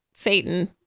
Satan